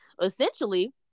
essentially